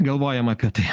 galvojama apie tai